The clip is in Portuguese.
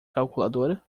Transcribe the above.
calculadora